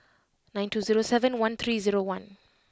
nine two zero seven one three zero one